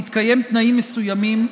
בהתקיים תנאים מסוימים,